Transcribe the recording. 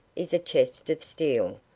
is a chest of steel,